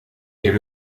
est